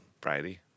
Brady